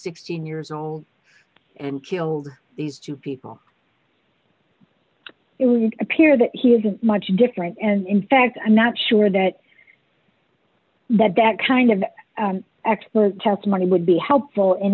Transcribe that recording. sixteen years old and killed these two people it would appear that he is a much different and in fact i'm not sure that that that kind of expert testimony would be helpful in